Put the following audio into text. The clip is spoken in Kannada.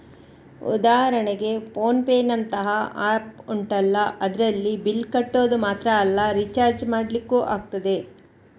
ಉದಾಹರಣೆಗೆ ಫೋನ್ ಪೇನಂತಹ ಆಪ್ ಉಂಟಲ್ಲ ಅದ್ರಲ್ಲಿ ಬಿಲ್ಲ್ ಕಟ್ಟೋದು ಮಾತ್ರ ಅಲ್ಲ ರಿಚಾರ್ಜ್ ಮಾಡ್ಲಿಕ್ಕೂ ಆಗ್ತದೆ